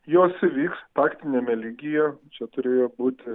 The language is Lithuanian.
jos įvyks taktiniame lygyje čia turėjo būti